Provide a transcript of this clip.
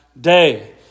day